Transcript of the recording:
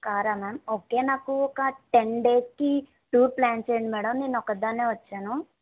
కారా ma'am okay నాకు ఒక టెన్ డేస్కి టూర్ ప్లాన్ చేయండి మ్యామ్ నేను ఒక్కదాన్నే వచ్చాను